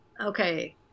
okay